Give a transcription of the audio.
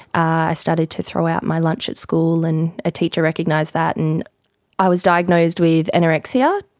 i started to throw out my lunch at school and a teacher recognised that and i was diagnosed with anorexia.